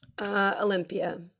Olympia